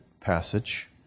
passage